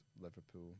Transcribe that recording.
Liverpool